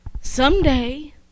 Someday